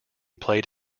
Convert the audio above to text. played